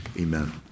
Amen